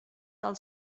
del